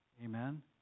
Amen